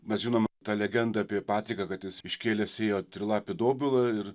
mes žinom tą legendą apie patriką kad jis iškėlęs ėjo trilapį dobilą ir